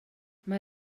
mae